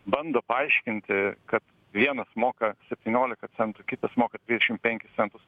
bando paaiškinti kad vienas moka septyniolika centų kitas moka dvidešim penkis centus